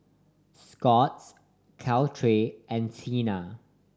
Scott's Caltrate and Tena